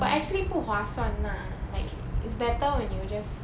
but actually 不划算 lah like it's better when you just